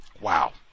Wow